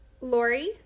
Lori